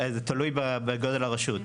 תלוי בגודל הרשות.